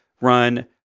run